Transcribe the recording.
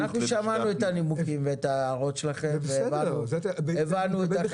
שמענו את הנימוקים ואת ההערות שלכם והבנו את החשיבות.